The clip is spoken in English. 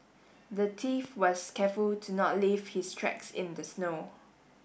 the thief was careful to not leave his tracks in the snow